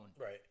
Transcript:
right